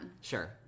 Sure